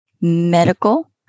medical